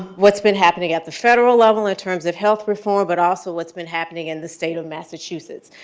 what's been happening at the federal level in terms of health reform, but also what's been happening in the state of massachusetts.